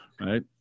Right